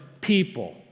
people